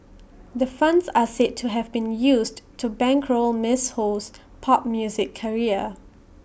the funds are said to have been used to bankroll miss Ho's pop music career